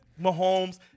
Mahomes